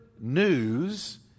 news